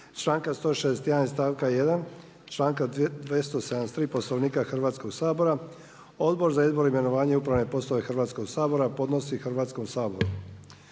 članka 161. i stavka 1., članka 273. Poslovnika Hrvatskoga sabora Odbor za izbor, imenovanja i upravne poslova Hrvatskog sabora podnosi Hrvatskom saboru